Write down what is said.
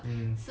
mm